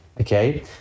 okay